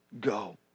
go